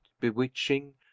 bewitching